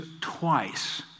twice